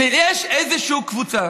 הוא שיש איזושהי קבוצה